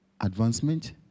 advancement